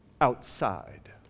outside